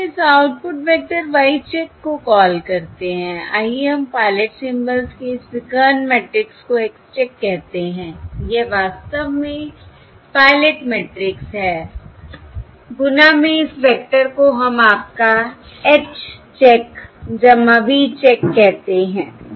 आइए हम इस आउटपुट वेक्टर Y चेक को कॉल करते हैं आइए हम पायलट सिंबल्स के इस विकर्ण मैट्रिक्स को X चेक कहते हैं यह वास्तव में पायलट मैट्रिक्स है गुणा में इस वेक्टर को हम आपका H चेक V चेक कहते हैं